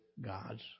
God's